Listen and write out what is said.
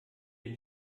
bin